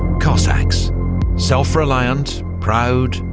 cossacks self-reliant, proud,